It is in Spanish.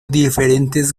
diferentes